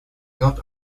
god